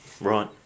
Right